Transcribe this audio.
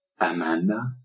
Amanda